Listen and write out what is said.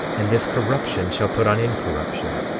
and this corruption shall put on incorruption,